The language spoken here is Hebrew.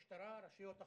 משטרה, רשויות החוק.